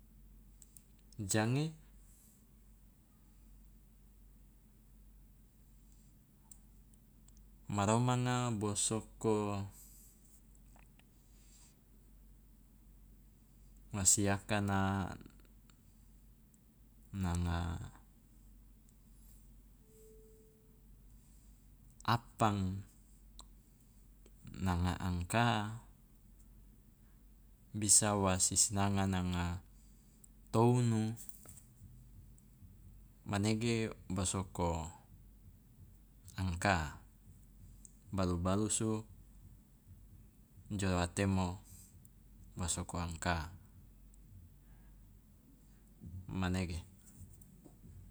Jange, ma romanga bosoko masi akana nanga apang, nanga angka, bisa wa sisinanga nanga tounu, manege bosoko angka, balu balusu jo a temo bosoko angka, manege.